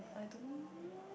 I don't